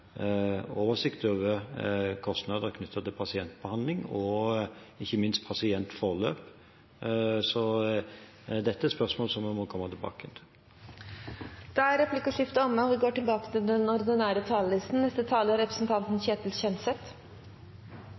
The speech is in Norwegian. oversikt over kostnader knyttet til pasientbehandling og ikke minst pasientforløp. Så dette er et spørsmål som vi må komme tilbake til. Replikkordskiftet er omme. De talere som heretter får ordet, har en taletid på inntil 3 minutter. Jeg tar ordet spesielt fordi representanten